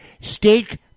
steak